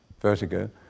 vertigo